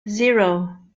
zero